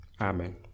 Amen